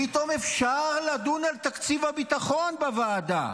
פתאום אפשר לדון על תקציב הביטחון בוועדה.